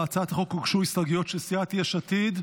להצעת החוק הוגשו הסתייגויות של סייעת יש עתיד.